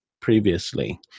previously